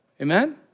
Amen